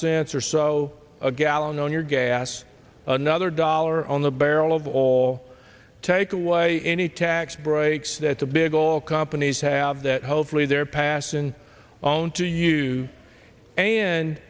cents or so a gallon on your gas another dollar on the barrel of all to take away any tax breaks that the big all companies have that hopefully they're passing on to you and